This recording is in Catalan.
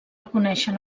reconèixer